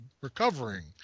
recovering